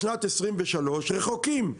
בשנת 2023, רחוקים,